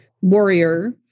warrior